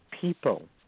people